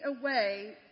away